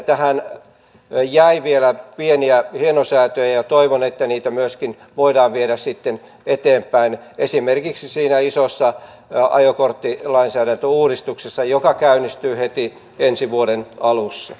tähän jäi vielä pieniä hienosäätöjä ja toivon että niitä voidaan viedä sitten eteenpäin esimerkiksi siinä isossa ajokorttilainsäädäntöuudistuksessa joka käynnistyy heti ensi vuoden alussa